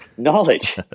Knowledge